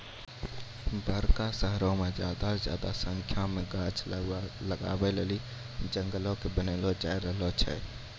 बड़का शहरो मे ज्यादा से ज्यादा संख्या मे गाछ लगाय करि के जंगलो के बनैलो जाय रहलो छै